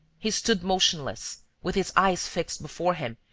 he stood motionless, with his eyes fixed before him,